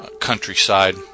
countryside